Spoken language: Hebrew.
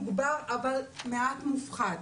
אני לא בטוחה.